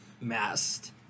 masked